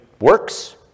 works